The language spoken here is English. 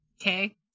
Okay